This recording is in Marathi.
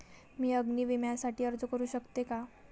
मी अग्नी विम्यासाठी अर्ज करू शकते का?